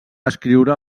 escriure